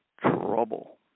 trouble